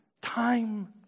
time